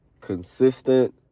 consistent